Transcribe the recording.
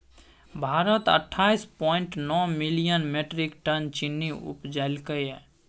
भारत अट्ठाइस पॉइंट नो million metric ton चीन्नी उपजेलकै